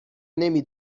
نمی